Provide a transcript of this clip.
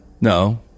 No